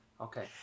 Okay